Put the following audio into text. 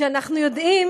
שאנחנו יודעים